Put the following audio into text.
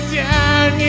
down